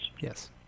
yes